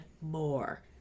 more